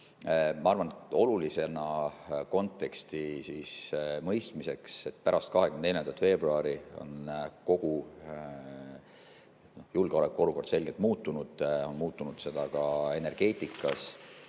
Ma arvan, oluline konteksti mõistmiseks on, et pärast 24. veebruari on kogu julgeolekuolukord selgelt muutunud, see on muutunud ka energeetikas.